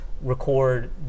record